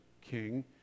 king